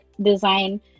design